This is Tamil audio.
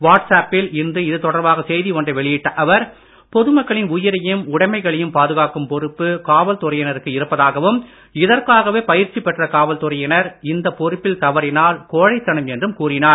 வாட்ஸ் ஆப்பில் இன்று இது தொடர்பாக செய்தி ஒன்றை வெளியிட்ட அவர் பொதுமக்களின் உடைமைகளையும் பாதுகாக்கும் உயிரையும் பொறுப்பு காவல்துறையினருக்கு இருப்பதாகவும் இதற்காகவே பயிற்சி பெற்ற காவல்துறையினர் இந்த பொறுப்பில் தவறினால் கோழைத் தனம் என்றும் கூறினார்